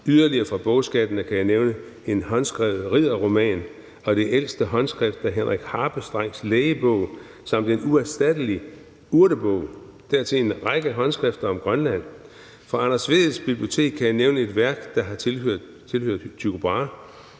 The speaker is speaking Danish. Yderligere fra bogskabene kan jeg nævne en håndskrevet ridderroman og det ældste håndskrift af Henrik Harpestrengs Lægebog samt en uerstattelig urtebog og dertil en række håndskrifter om Grønland. Fra Anders Vedels bibliotek kan jeg nævne et værk, der har tilhørt Tycho Brahe,